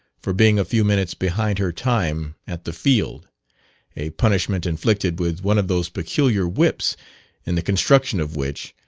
for being a few minutes behind her time at the field a punishment inflicted with one of those peculiar whips in the construction of which,